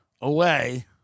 away